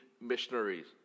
missionaries